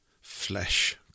flesh